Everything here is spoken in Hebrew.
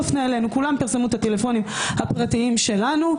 כולם פרסמו את הטלפונים הפרטיים שלנו.